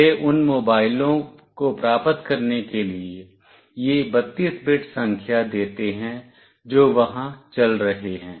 वे उन मोबाइलों को प्राप्त करने के लिए यह 32 बिट संख्या देते हैं जो वहां चल रहे हैं